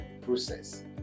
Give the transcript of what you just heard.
process